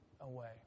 away